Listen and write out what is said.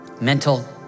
mental